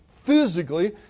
physically